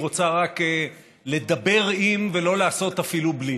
היא רוצה רק לדבר עם ולא לעשות אפילו בלי.